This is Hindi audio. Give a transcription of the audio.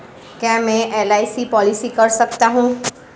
क्या मैं एल.आई.सी पॉलिसी कर सकता हूं?